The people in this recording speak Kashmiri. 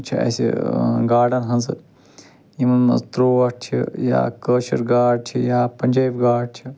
چھِ اسہِ گاڈن ہنٛزٕ یِمن منٛز ترٛوٹ چھِ یا کٲشِر گاڈ چھِ یا پنجٲبۍ گاڈ چھِ